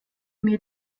mir